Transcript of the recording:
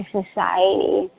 society